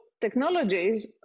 technologies